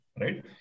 right